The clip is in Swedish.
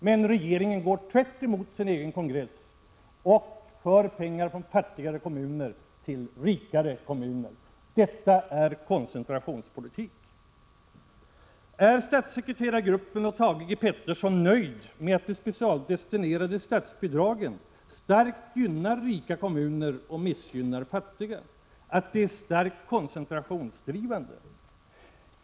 Men regeringen går tvärtemot sin egen kongress och för pengar från fattigare kommuner till rikare kommuner. Detta är koncentrationspolitik. Är statssekreterargruppen och Thage G. Peterson nöjd med att de specialdestinerade statsbidragen starkt gynnar rika kommuner och missgynnar fattiga, att de är starkt koncentrationspådrivande?